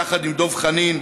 יחד עם דב חנין,